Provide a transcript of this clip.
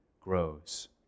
grows